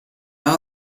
are